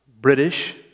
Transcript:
British